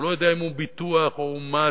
הוא לא יודע אם הוא ביטוח או מס,